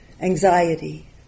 anxiety